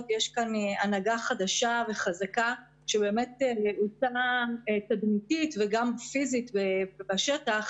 יש הנהגה חדשה וחזקה שבאמת עושה גם תדמיתית וגם פיזית עבודה בשטח,